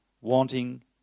wanting